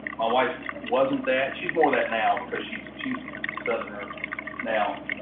my wife wasn't that she's more of that now cause she's she's southerner now.